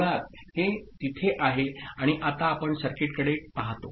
मुळात हे तिथे आहे आणि आता आपण सर्किटकडे पाहतो